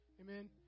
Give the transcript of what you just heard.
Amen